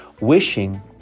wishing